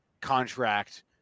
contract